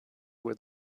where